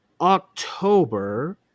October